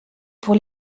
pour